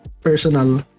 personal